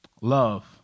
love